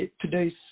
today's